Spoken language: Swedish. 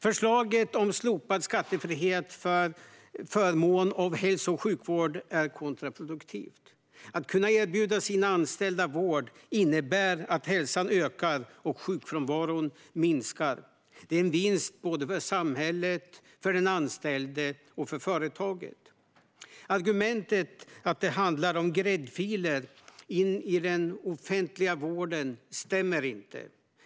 Förslaget om slopad skattefrihet för förmån av hälso och sjukvård är kontraproduktivt. Att kunna erbjuda sina anställda vård innebär att hälsan ökar och sjukfrånvaron minskar. Det är en vinst för såväl samhället som den anställde och företaget. Argumentet att det handlar om gräddfiler in i den offentliga vården stämmer inte.